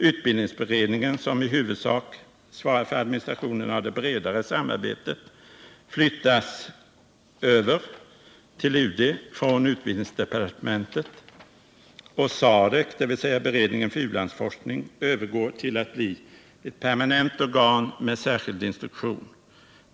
Utbildningsberedningen, som i huvudsak svarar för administrationen av det bredare samarbetet, flyttas över till UD från utbildningsdepartementet, och SAREC — dvs. beredningen för u-landsforskning — övergår till att bli ett permanent organ med särskild instruktion.